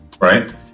right